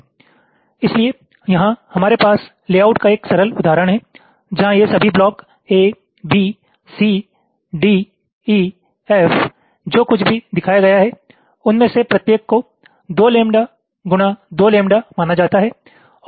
इसलिए यहां हमारे पास लेआउट का एक सरल उदाहरण है जहां ये सभी block A B C D E F जो कुछ भी दिखाया गया है उनमें से प्रत्येक को 2 लैम्ब्डा गुणा 2 लैम्ब्डा माना जाता है